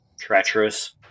treacherous